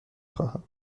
خواهم